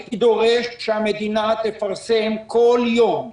הייתי דורש שהמדינה תפרסם בכל יום,